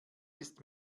ist